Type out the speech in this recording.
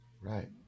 Right